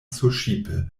surŝipe